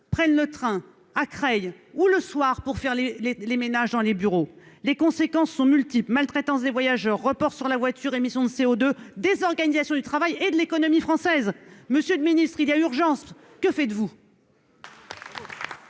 prennent le train à Creil ou le soir pour faire les, les, les ménages dans les bureaux, les conséquences sont multiples, maltraitances des voyageurs report sur la voiture, émissions de CO2 désorganisation du travail et de l'économie française, monsieur le ministre, il y a urgence, que faites-vous.